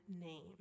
name